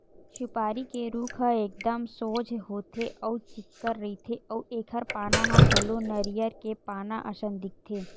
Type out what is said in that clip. सुपारी के रूख ह एकदम सोझ होथे अउ चिक्कन रहिथे अउ एखर पाना ह घलो नरियर के पाना असन दिखथे